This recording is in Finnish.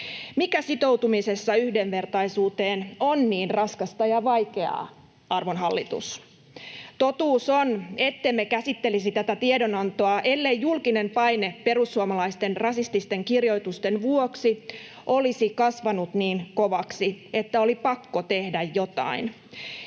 Mikä sitoutumisessa yhdenvertaisuuteen on niin raskasta ja vaikeaa, arvon hallitus? Totuus on, ettemme käsittelisi tätä tiedon-antoa, ellei julkinen paine perussuomalaisten rasististen kirjoitusten vuoksi olisi kasvanut niin kovaksi, että oli pakko tehdä jotain.